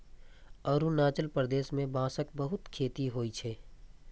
अरुणाचल प्रदेश मे बांसक बहुत खेती होइ छै